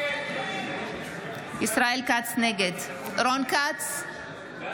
נגד רון כץ,